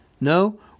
No